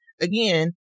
again